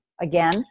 again